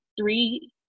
three